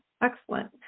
excellent